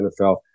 NFL